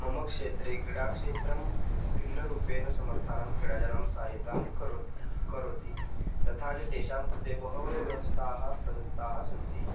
मम क्षेत्रे क्रीडाक्षेत्रं भिन्नरूपेण समर्थानां क्रीडाजनानां सहायतां करोति करोति तथा च तेषां कृते बहवः व्यवस्थाः प्रदत्ताः सन्ति